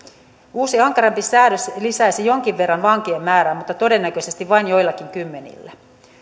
uusi ankarampi säädös lisäisi jonkin verran vankien määrää mutta todennäköisesti vain joillakin kymmenillä